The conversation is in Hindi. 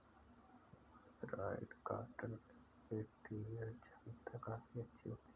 मर्सराइज्ड कॉटन की टियर छमता काफी अच्छी होती है